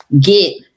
get